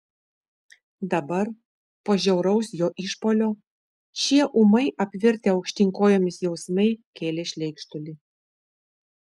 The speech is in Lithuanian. dabar po žiauraus jo išpuolio šie ūmai apvirtę aukštyn kojomis jausmai kėlė šleikštulį